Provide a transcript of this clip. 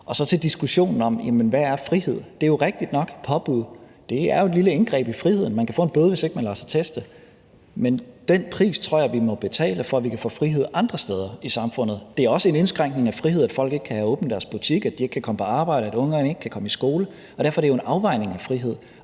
Så til diskussionen om: Hvad er frihed? Det er jo rigtigt nok, at påbud er et lille indgreb i friheden. Man kan få en bøde, hvis ikke man lader sig teste. Men den pris tror jeg vi må betale, for at vi kan få frihed andre steder i samfundet. Det er også en indskrænkning af frihed, at folk ikke kan have deres butikker åbne, at de ikke kan komme på arbejde, at ungerne ikke kan komme i skole, og derfor er det jo en afvejning af frihed.